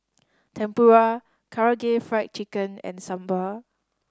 Tempura Karaage Fried Chicken and Sambar